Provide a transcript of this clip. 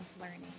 Learning